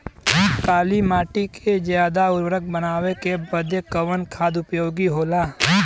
काली माटी के ज्यादा उर्वरक बनावे के बदे कवन खाद उपयोगी होला?